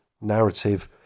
narrative